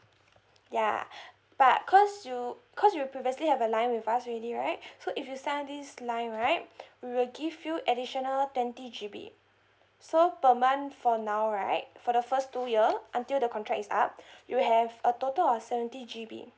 ya but cause you cause you previously have a line with us already right so if you sign up this line right we will give you additional twenty G_B so per month for now right for the first two year until the contract is up you have a total of seventy G_B